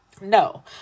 no